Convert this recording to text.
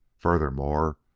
furthermore,